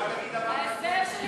אבל תגיד, ההסבר שלי היה,